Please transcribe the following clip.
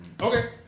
Okay